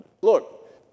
Look